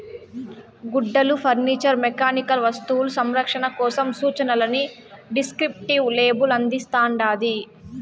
గుడ్డలు furniture mechanical వస్తువులు సంరక్షణ కోసం సూచనలని డిస్క్రిప్టివ్ లేబుల్ అందిస్తాండాది